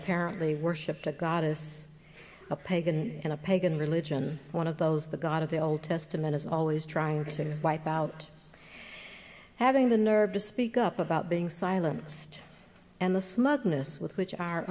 apparently worship the goddess a pagan and a pagan religion one of those the god of the old testament is always trying to wipe out having the nerve to speak up about being silenced and the smugness with which are